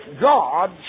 God